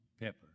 pepper